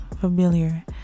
familiar